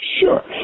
Sure